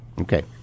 Okay